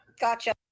Gotcha